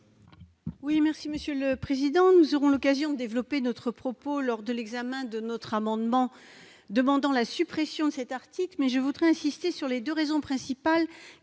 Laurence Cohen, sur l'article. Nous aurons l'occasion de développer notre propos lors de l'examen de notre amendement tendant à la suppression de cet article, mais je veux insister sur les deux raisons principales